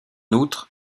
outre